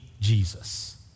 Jesus